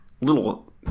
little